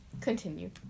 Continue